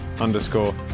underscore